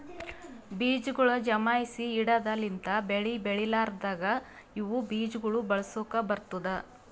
ಬೀಜಗೊಳ್ ಜಮಾಯಿಸಿ ಇಡದ್ ಲಿಂತ್ ಬೆಳಿ ಬೆಳಿಲಾರ್ದಾಗ ಇವು ಬೀಜ ಗೊಳ್ ಬಳಸುಕ್ ಬರ್ತ್ತುದ